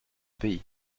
pays